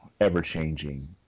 ever-changing